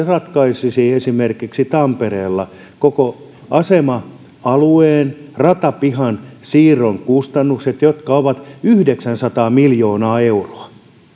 ratkaisisi esimerkiksi tampereella koko asema alueen ratapihan siirron kustannukset jotka ovat yhdeksänsataa miljoonaa euroa